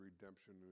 redemption